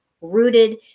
rooted